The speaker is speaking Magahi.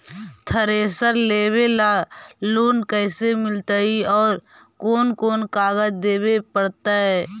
थरेसर लेबे ल लोन कैसे मिलतइ और कोन कोन कागज देबे पड़तै?